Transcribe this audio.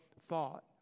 thought